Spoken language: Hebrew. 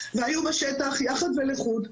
אם הזרקתי קנאביס לעכברים אפילפטיים,